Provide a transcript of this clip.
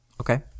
Okay